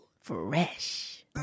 Fresh